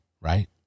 right